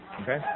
Okay